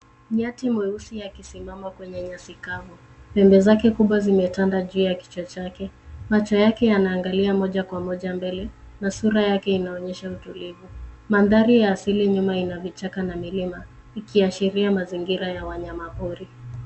Nyasi mweusi akisimama kwenye nyasi mavu. Pembe zake kubwa zimetanda juu ya kichwa chake. Macho yake yanaangalia moja kwa moja mbele na sura yake inaonyesha utulivu. Mandhari ya asili nyuma ina vichaka na milima ikiashiria mazingira ya wanyama pori.